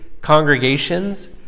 congregations